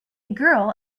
girl